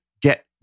get